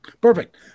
Perfect